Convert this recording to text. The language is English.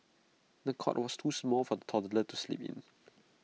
the cot was too small for the toddler to sleep in